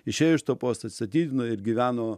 išėjo iš to posto atstatydino ir gyveno